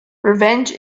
revenge